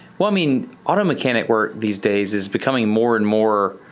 well, i mean, auto mechanic work these days is becoming more and more,